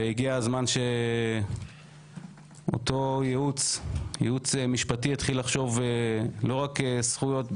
והגיע הזמן שאותו ייעוץ משפטי יתחיל לחשוב לא רק על זכויות אדם.